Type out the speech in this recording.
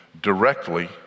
directly